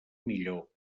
millor